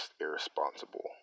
irresponsible